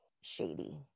Shady